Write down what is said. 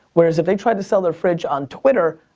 where as if they tried to sell their fridge on twitter,